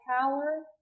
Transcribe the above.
power